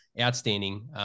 outstanding